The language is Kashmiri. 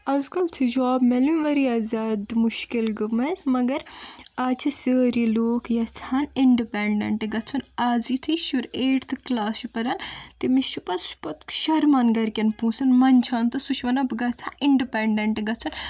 آز کل چھِ جاب میلُن واریاہ زیادٕ مُشکل گٔمٕژ مگر آز چھِ سٲری لوٗکھ یژھان اِن ڈِپیٚنڈینٹ گژھُن آز یِتھُے شُرۍ ایٹتھٕ کلاس چھُ پَران تٔمس چھُ پتہٕ سُہ چھُ پتہٕ شرمند گرِکیٚن پونٛسن مندٕچھان تہٕ سُہ چھُ ونان بہٕ گژھٕ ہا اِن ڈِپیٚنڑنٹ گژھُن